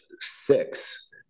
six